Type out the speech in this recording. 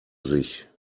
sich